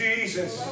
Jesus